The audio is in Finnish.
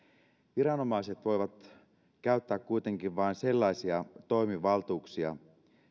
viranomaiset voivat käyttää kuitenkin vain sellaisia toimivaltuuksia